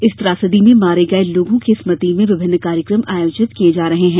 इस त्रासदी में मारे गए लोगों की स्मृति में विभिन्न कार्यक्रम आयोजित किये जा रहे हैं